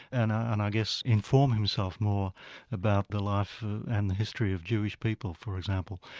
and ah and i guess inform himself more about the life and the history of jewish people, for example,